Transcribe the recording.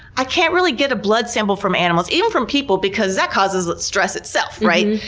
i can't really get a blood sample from animals, even from people, because that causes stress itself, right?